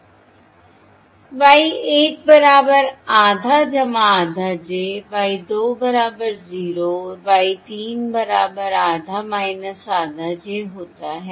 Y 1 बराबर आधा आधा j Y 2 बराबर 0 और Y 3 बराबर आधा आधा j होता है